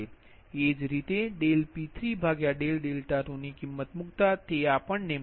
એ જ રીતે P32ની કિંમત મૂકતા તે 31